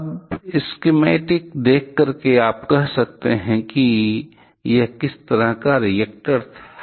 अब स्कीमैटिक देखकर आप कह सकते हैं कि यह किस तरह का रिएक्टर था